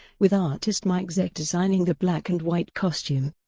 with artist mike zeck designing the black-and-white costume.